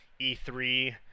E3